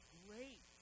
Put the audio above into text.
great